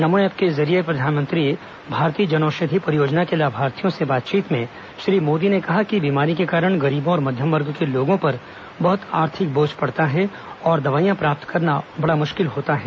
नमो app के जरिये प्रधानमंत्री भारतीय जन औषधि परियोजना के लाभार्थियों से बातचीत में श्री मोदी ने कहा कि बीमारी के कारण गरीबों और मध्यम वर्ग के लोगों पर बहत आर्थिक बोझ पड़ता है और दवाईयां प्राप्त करना बड़ा मुश्किल होता है